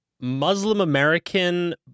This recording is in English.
Muslim-American